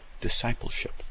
discipleship